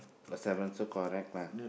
got seven so correct lah